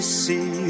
see